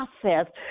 process